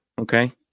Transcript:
Okay